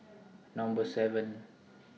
Number seven